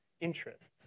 interests